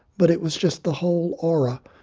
but it was just the whole aura.